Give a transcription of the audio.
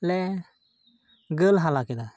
ᱞᱮ ᱜᱳᱞ ᱦᱟᱞᱟ ᱠᱮᱫᱟ